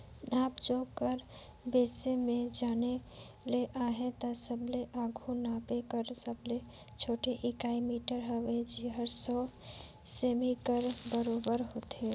नाप जोख कर बिसे में जाने ले अहे ता सबले आघु नापे कर सबले छोटे इकाई मीटर हवे जेहर सौ सेमी कर बराबेर होथे